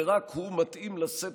ורק הוא מתאים לשאת